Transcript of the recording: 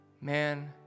man